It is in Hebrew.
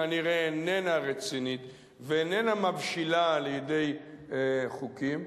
כנראה איננה רצינית ואיננה מבשילה לידי חוקים,